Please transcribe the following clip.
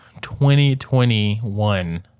2021